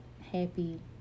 happy